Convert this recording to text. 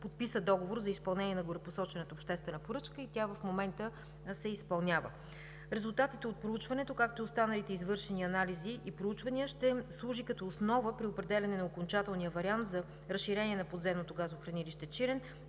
подписа договор за изпълнение на горепосочената обществена поръчка и тя в момента се изпълнява. Резултатите от проучването, както и останалите извършени анализи и проучвания ще служат като основа при определяне на окончателния вариант за разширение на подземното газохранилище „Чирен“